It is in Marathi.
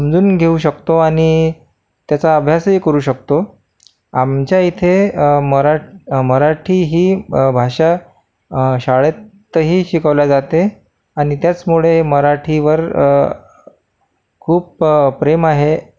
समजून घेऊ शकतो आणि त्याचा अभ्यासही करू शकतो आमच्या इथे मरा मराठी ही भाषा शाळेतही शिकवली जाते आणि त्याचमुळे मराठीवर खूप प्रेम आहे